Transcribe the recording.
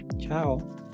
Ciao